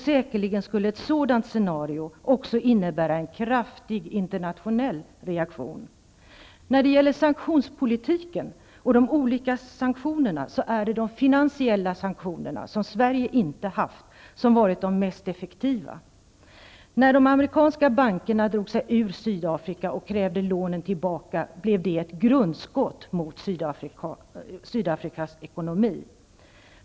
Säkerligen skulle ett sådant scenario också innebära en kraftig internationell reaktion. När det gäller sanktionspolitiken och de olika sanktionerna är det de finansiella sanktionerna, vilka Sverige inte haft, som varit de mest effektiva. När de amerikanska bankerna drog sig ur Sydafrika och krävde återbetalning av lånen, blev det ett grundskott mot Sydafrikas ekonomi.